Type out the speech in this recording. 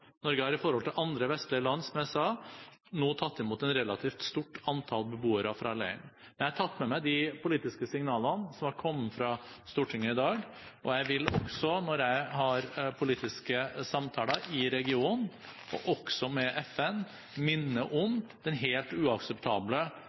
Norge har, som jeg sa, tatt imot et relativt stort antall beboere fra leiren i forhold til andre vestlige land. Jeg tar med meg de politiske signalene som har kommet fra Stortinget i dag. Jeg vil også, når jeg har politiske samtaler i regionen, og også med FN, minne om